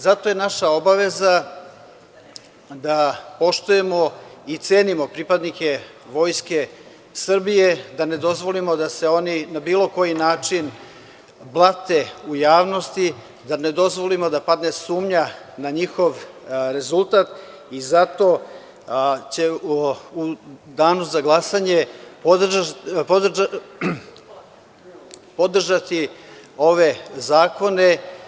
Zato je naša obaveza da poštujemo i cenimo pripadnike Vojske Srbije, da ne dozvolimo da se oni na bilo koji način blate u javnosti, da ne dozvolimo da padne sumnja na njihov rezultat i zato ćemo u danu za glasanje podržati ove zakone.